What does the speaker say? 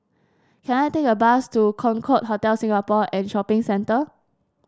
can I take a bus to Concorde Hotel Singapore and Shopping Centre